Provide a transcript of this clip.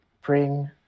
bring